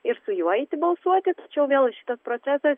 ir su juo eiti balsuoti tačiau vėl šitas procesas